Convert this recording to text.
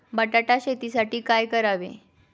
बटाटा शेतीसाठी काय करावे?